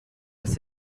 was